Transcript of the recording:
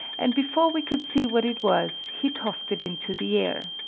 and before we could see what it was, he tossed it into the air.